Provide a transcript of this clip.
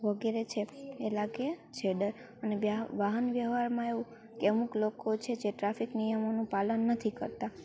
વગેરે છે એ લાગે છે ડર અને વાહન વ્યવહારમાં એવું કે અમુક લોકો છે જે ટ્રાફિક નિયમોનું પાલન નથી કરતા